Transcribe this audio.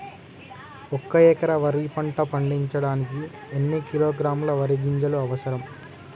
ఒక్క ఎకరా వరి పంట పండించడానికి ఎన్ని కిలోగ్రాముల వరి గింజలు అవసరం?